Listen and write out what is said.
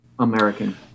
American